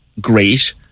great